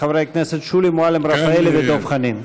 לחברי הכנסת שולי מועלם רפאלי ודב חנין.